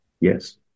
Yes